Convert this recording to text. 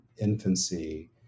infancy